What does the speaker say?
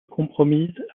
compromise